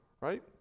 right